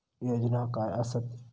योजना काय आसत?